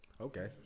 Okay